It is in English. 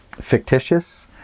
fictitious